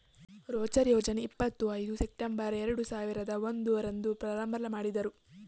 ರೋಜ್ಗಾರ್ ಯೋಜ್ನ ಇಪ್ಪತ್ ಐದು ಸೆಪ್ಟಂಬರ್ ಎರಡು ಸಾವಿರದ ಒಂದು ರಂದು ಪ್ರಾರಂಭಮಾಡುದ್ರು